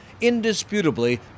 indisputably